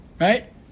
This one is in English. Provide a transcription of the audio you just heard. right